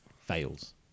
fails